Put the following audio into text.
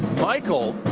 michael,